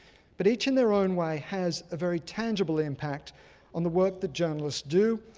but each in their own way has a very tangible impact on the work that journalists do.